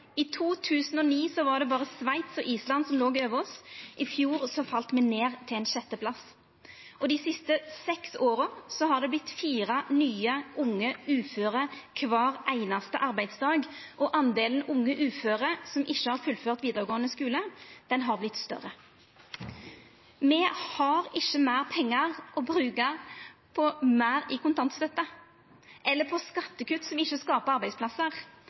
I 2009 var det berre Sveits og Island som låg over oss. I fjor fall me ned til ein sjetteplass. Dei siste seks åra har det blitt fire nye unge uføre kvar einaste arbeidsdag, og delen unge uføre som ikkje har fullført vidaregåande skule, har vorte større. Me har ikkje meir pengar å bruka på meir i kontantstøtte, på skattekutt som ikkje skapar arbeidsplassar,